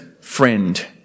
friend